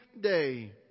day